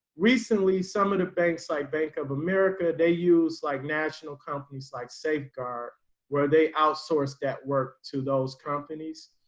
recently, some of the banks like bank of america they use like national companies like safeguard where they outsource that work to those companies.